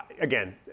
again